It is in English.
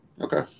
Okay